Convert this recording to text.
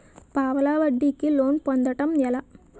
పావలా వడ్డీ కి లోన్ పొందటం ఎలా?